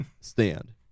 stand